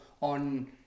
on